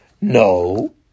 No